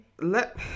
let